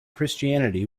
christianity